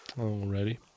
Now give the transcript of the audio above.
Already